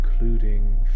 Including